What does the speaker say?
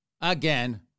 Again